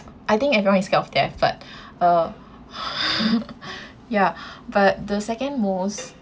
I think everyone is scared of death but uh ya but the second most